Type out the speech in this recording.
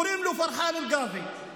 קוראים לו פרחאן אלקאדי,